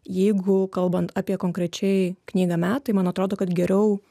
jeigu kalbant apie konkrečiai knygą metai man atrodo kad geriau